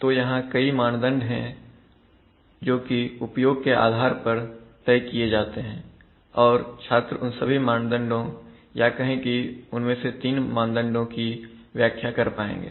तो यहां कई मानदंड हैं जोकि उपयोग के आधार पर तय किए जाते हैं और छात्र उन सभी मानदंडों या कहें कि उनमें से 3 मानदंडों की व्याख्या कर पाएंगे